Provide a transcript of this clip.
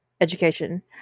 education